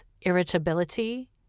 irritability